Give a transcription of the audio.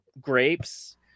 grapes